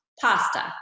Pasta